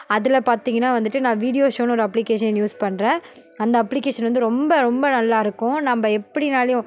அதில் பார்த்தீங்கன்னா வந்துட்டு நான் வீடியோ ஷோன்னு ஒரு அப்ளிக்கேஷன் யூஸ் பண்ணுறேன் அந்த அப்ளிக்கேஷன் வந்து ரொம்ப ரொம்ப நல்லா இருக்கும் நம்ம எப்படின்னாலியும்